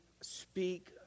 speak